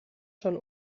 schon